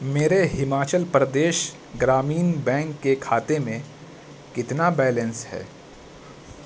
میرے ہماچل پردیش گرامین بینک کے کھاتے میں کتنا بیلنس ہے